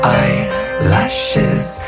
eyelashes